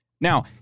Now